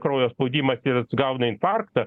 kraujo spaudimas ir jis gauna infarktą